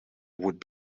would